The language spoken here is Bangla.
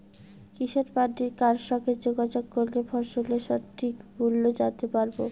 কিষান মান্ডির কার সঙ্গে যোগাযোগ করলে ফসলের সঠিক মূল্য জানতে পারবো?